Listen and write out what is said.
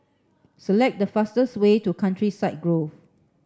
select the fastest way to Countryside Grove